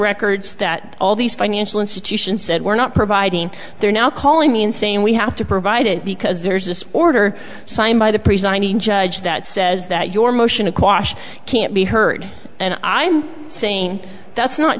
records that all these financial institutions said we're not providing they're now calling me and saying we have to provide it because there's this order signed by the presiding judge that says that your motion aquash can't be heard and i'm saying that's not